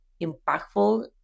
impactful